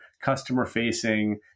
customer-facing